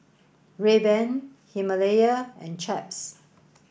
Rayban Himalaya and Chaps